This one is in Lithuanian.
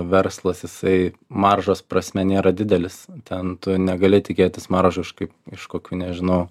verslas jisai maržos prasme nėra didelis ten tu negali tikėtis maržos kaip iš kokių nežinau